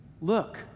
look